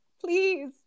please